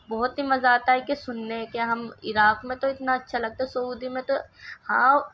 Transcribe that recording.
بہت ہی مزہ آتا ہے کہ سننے کے ہم عراق میں تو اتنا اچھا لگتا ہے سعودی میں تو ہاؤ